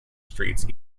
streets